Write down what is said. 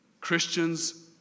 Christians